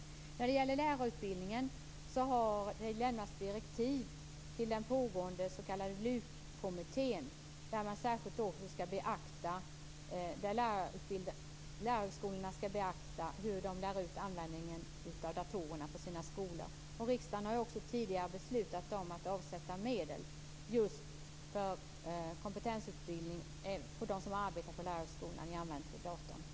När det gäller lärarutbildningen vill jag säga att det har lämnats direktiv till LUK, vars arbete pågår, om att lärarhögskolorna särskilt skall beakta hur de lär ut användning av datorer på sina skolor. Riksdagen har också tidigare beslutat om att avsätta medel just för kompetensutbildning för dem som arbetar på lärarhögskolorna och använder datorn.